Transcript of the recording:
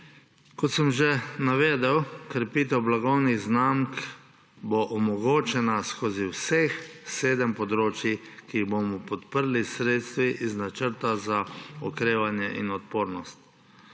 Kot sem že navedel, krepitev blagovnih znamk bo omogočena skozi vseh sedem področij, ki jih bomo podprli s sredstvi iz Načrta za okrevanje in odpornost.